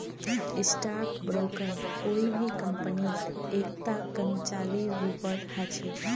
stock broker कोई भी कम्पनीत एकता कर्मचारीर रूपत ह छेक